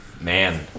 Man